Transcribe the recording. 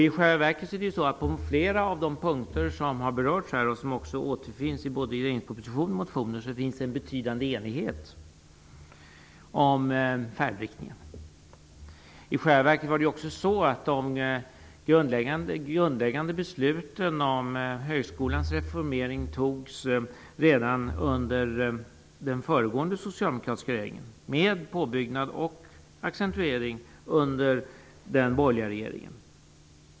I själva verket är det så att på flera av de punkter som här har berörts och som också återfinns i regeringens proposition och i motioner finns det en betydande enighet om färdriktningen. De grundläggande besluten om högskolans reformering fattades redan under den föregående socialdemokratiska regeringen med påbyggnad och accentuering under den borgerliga regeringen.